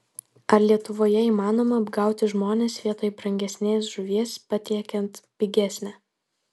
ar lietuvoje įmanoma apgauti žmones vietoj brangesnės žuvies patiekiant pigesnę